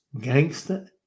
gangster